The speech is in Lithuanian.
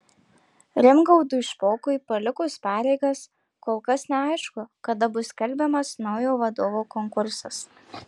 rimgaudui špokui palikus pareigas kol kas neaišku kada bus skelbiamas naujo vadovo konkursas